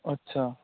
ਅੱਛਾ